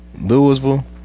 Louisville